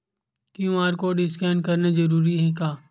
QR code scan करना जरूरी हे का?